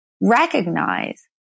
recognize